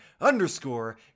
underscore